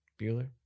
Bueller